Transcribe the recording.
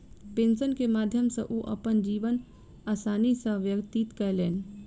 pension के माध्यम सॅ ओ अपन जीवन आसानी सॅ व्यतीत कयलैन